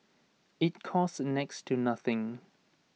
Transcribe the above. IT costs next to nothing